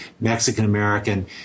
Mexican-American